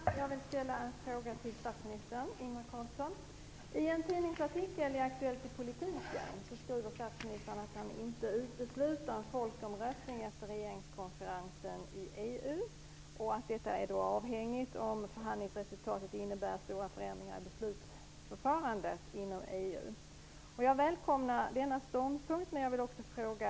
Fru talman! Jag vill ställa en fråga till statsminister I en tidningsartikel i Aktuellt i politiken skriver statsministern att han inte utesluter en folkomröstning efter regeringskonferensen i EU. Detta är avhängigt om förhandlingsresultatet innebär stora förändringar i beslutsförfarandet inom EU. Jag välkomnar denna ståndpunkt, men jag vill också ställa en fråga.